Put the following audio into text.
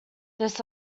this